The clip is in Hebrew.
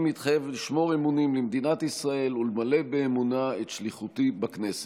אני מתחייב לשמור אמונים למדינת ישראל ולמלא באמונה את שליחותי בכנסת.